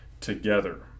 together